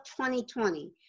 2020